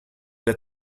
that